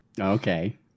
Okay